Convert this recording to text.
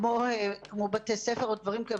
כמו בתי ספר או דברים כאלה,